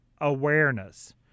awareness